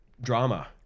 drama